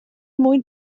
mwyn